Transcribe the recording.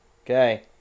Okay